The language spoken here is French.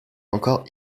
encore